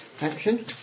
action